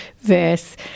verse